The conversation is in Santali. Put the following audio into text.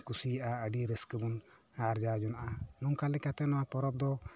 ᱠᱩᱥᱤᱭᱟᱜᱼᱟ ᱟᱹᱰᱤ ᱨᱟᱹᱥᱠᱟᱹ ᱵᱚᱱ ᱟᱨᱡᱟᱣ ᱡᱚᱱᱟᱜᱼᱟ ᱱᱚᱝᱠᱟ ᱞᱮᱠᱟᱛᱮ ᱱᱚᱣᱟ ᱯᱚᱨᱚᱵᱽ ᱫᱚ